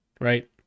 right